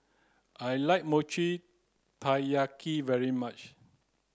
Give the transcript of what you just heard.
I like Mochi Taiyaki very much